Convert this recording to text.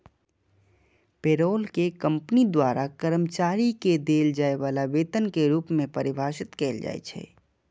payroll कें company द्वारा कर्मचारी कें देल जाय बला वेतन के रूप मे परिभाषित कैल जाइ छै